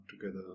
together